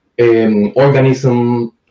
organism